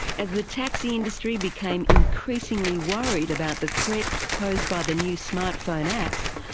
as the taxi industry became increasingly worried about the threat posed by the new smart phone apps,